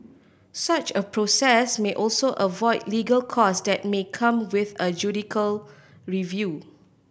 such a process may also avoid legal cost that may come with a judicial review